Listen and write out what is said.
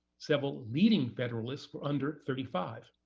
several leading federalists were under thirty five,